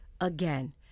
again